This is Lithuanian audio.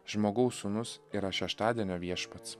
žmogaus sūnus yra šeštadienio viešpats